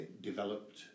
developed